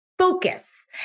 focus